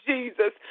Jesus